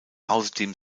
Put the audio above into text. außerdem